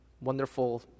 wonderful